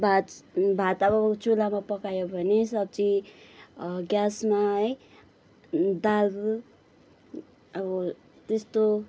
भात अब चुलामा पकायो भने सब्जी ग्यासमा है दाल अब त्यस्तो